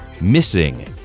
Missing